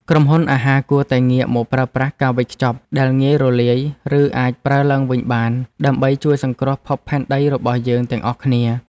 ក្រុមហ៊ុនអាហារគួរតែងាកមកប្រើប្រាស់ការវេចខ្ចប់ដែលងាយរលាយ ឬអាចប្រើឡើងវិញបាន ដើម្បីជួយសង្គ្រោះភពផែនដីរបស់យើងទាំងអស់គ្នា។